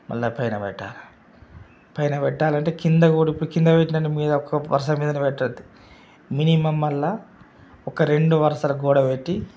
మళ్ళా పైన పెట్టాలి పైన పెట్టాలంటే కింద గోడకు కింద పెట్టినవన్నీ మీద ఒక్క వరస మీద పెట్టద్దు మినిమమ్ మళ్ళా ఒక్క రెండు వరసల గోడ పెట్టి